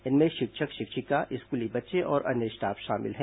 इनमें शिक्षक शिक्षिका स्कूली बच्चे और अन्य स्टाफ शामिल हैं